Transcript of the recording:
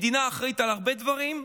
המדינה אחראית על הרבה דברים,